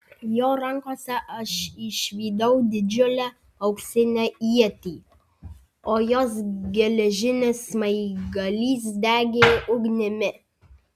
jo rankose aš išvydau didžiulę auksinę ietį o jos geležinis smaigalys degė ugnimi